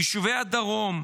ביישובי הדרום.